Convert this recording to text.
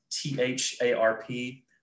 T-H-A-R-P